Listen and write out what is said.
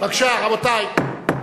בבקשה רבותי.